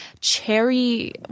cherry